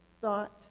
thought